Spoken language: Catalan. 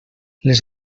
les